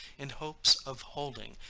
in hopes of holding,